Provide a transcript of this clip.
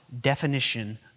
definition